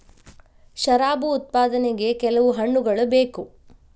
ಶರಾಬು ಉತ್ಪಾದನೆಗೆ ಕೆಲವು ಹಣ್ಣುಗಳ ಬೇಕು